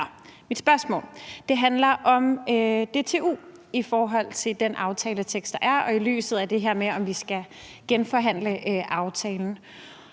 Mit spørgsmål handler om DTU i forhold til den aftaletekst, der er, og i lyset af det her med, om vi skal genforhandle aftalen.